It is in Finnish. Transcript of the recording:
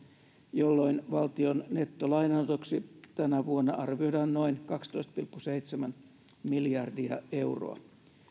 jolloin valtion nettolainanotoksi tänä vuonna arvioidaan noin kaksitoista pilkku seitsemän miljardia euroa